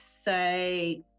say